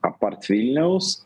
apart vilniaus